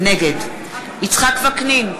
נגד יצחק וקנין,